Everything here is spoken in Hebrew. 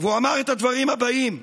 והוא אמר את הדברים הבאים: